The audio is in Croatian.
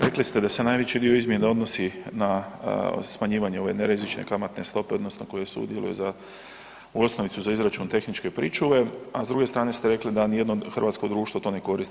Rekli ste da se najveći dio izmjena odnosi na smanjivanje ove jedne rizične kamatne stope odnosno koja sudjeluje za osnovicu za izračun tehničke pričuve, a s druge strane ste rekli da nijedno hrvatsko društvo to ne koristi.